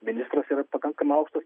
ministras yra pakankamai aukštas